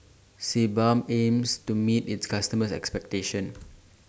Sebamed aims to meet its customers' expectations